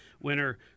winner